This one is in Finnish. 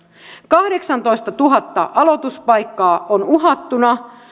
kahdeksantoistatuhatta aloituspaikkaa on uhattuna